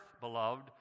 beloved